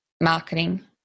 marketing